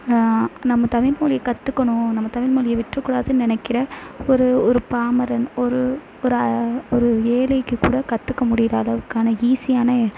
நம்ம தமிழ்மொழியை கற்றுக்கணும் நம்ம தமிழ்மொழியை விட்டுறக்கூடாதுன்னு நினைக்கிற ஒரு ஒரு பாமரன் ஒரு ஒரு ஒரு ஏழைக்கு கூட கற்றுக்க முடிகிற அளவுக்கான ஈஸியான